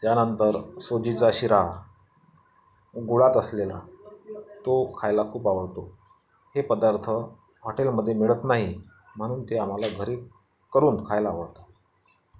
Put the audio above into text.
त्यानंतर सुजीचा शिरा गुळात असलेला तो खायला खूप आवडतो हे पदार्थ हॉटेलमध्ये मिळत नाही म्हणून ते आम्हाला घरी करून खायला आवडतात